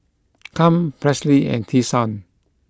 Kem Presley and Tyshawn